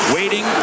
Waiting